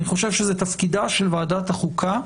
אני חושב שזה תפקידה של ועדת החוקה,